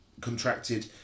contracted